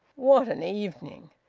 what an evening!